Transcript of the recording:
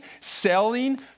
selling